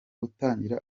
utangira